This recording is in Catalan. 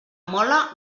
mola